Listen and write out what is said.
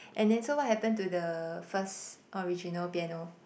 and then so what happened to the first original piano